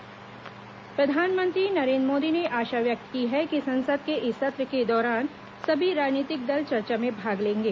प्रधानमंत्रत्री संसद सत्र प्रधानमंत्री नरेन्द्र मोदी ने आशा व्यक्त की है कि संसद के इस सत्र के दौरान सभी राजनीतिक दल चर्चा में भाग लेंगे